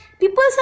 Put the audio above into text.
People